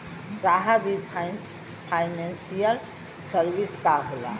साहब इ financial service का होला?